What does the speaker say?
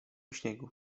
śniegu